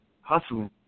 hustling